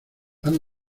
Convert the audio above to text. pan